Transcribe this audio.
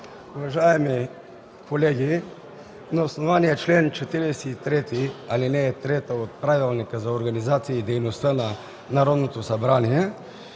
Уважаеми колеги, на основание чл. 43, ал. 3 от Правилника за организацията и дейността на Народното събрание